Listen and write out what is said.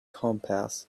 compass